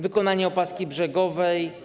Wykonanie opaski brzegowej.